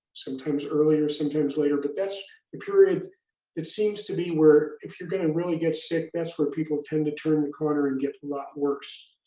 sometimes earlier, sometimes later, but that's the period that seems to be where if you're gonna really get sick, that's where people tend to turn the corner and get a lot worse.